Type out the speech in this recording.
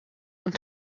und